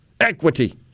Equity